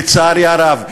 לצערי הרב.